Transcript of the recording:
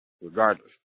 regardless